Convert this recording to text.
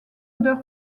odeur